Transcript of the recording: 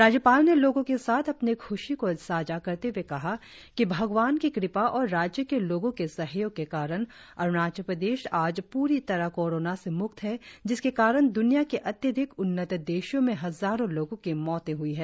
राज्यपाल ने लोगों के साथ अपनी ख्शी को सांझा करते ह्ए कहा कि भगवान की कृपा और राज्य के लोगों के सहयोग के कारण अरुणाचल प्रदेश आज प्री तरह कोरोना से म्क्त है जिसके कारण द्रनिया के अत्यधिक उन्नत देशों में हजारों लोगों की मौतें हुई है